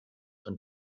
und